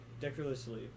decorously